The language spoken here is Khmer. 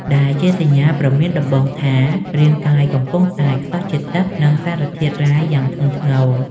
ដែលជាសញ្ញាព្រមានដំបូងថា រាងកាយកំពុងតែខ្សោះជាតិទឹក និងសារធាតុរ៉ែយ៉ាងធ្ងន់ធ្ងរ។